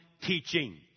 teaching